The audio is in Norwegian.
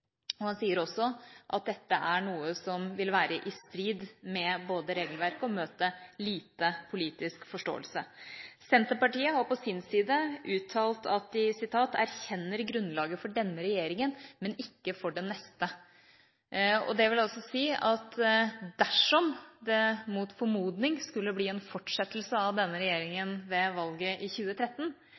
Han sier også at dette er noe som vil være i strid med regelverket og møte liten politisk forståelse. Senterpartiet har på sin side uttalt at de «erkjenner grunnlaget for denne regjeringen, men ikke den neste». Dette vil altså si at dersom det mot formodning skulle bli en fortsettelse av denne regjeringa ved valget i 2013,